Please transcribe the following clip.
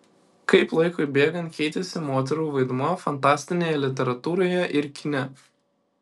kaip laikui bėgant keitėsi moterų vaidmuo fantastinėje literatūroje ir kine